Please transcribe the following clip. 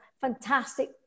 fantastic